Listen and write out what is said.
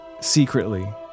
secretly